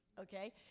okay